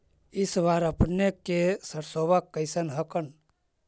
इस बार अपने के सरसोबा कैसन हकन?